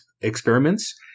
experiments